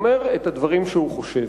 הוא אומר את הדברים שהוא חושב.